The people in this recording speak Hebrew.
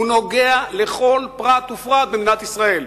ונוגע לכל פרט ופרט במדינת ישראל,